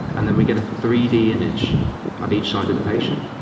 and then we get a three d image of each side of the patient.